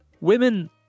Women